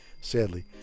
sadly